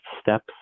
steps